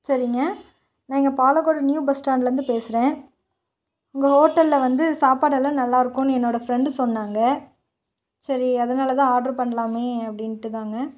சரிங்க நாங்கள் Palakkodu new bus ஸ்டாண்ட்லேருந்து பேசுகிறேன் உங்கள் ஹோட்டலில் வந்து சாப்பாடெல்லாம் நல்லாயிருக்குன்னு என்னோடய ஃப்ரெண்டு சொன்னாங்க சரி அதனால தான் ஆர்ட்ரு பண்ணலாமே அப்படின்ட்டு தாங்க